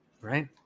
right